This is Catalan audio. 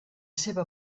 seva